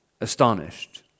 astonished